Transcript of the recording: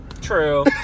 true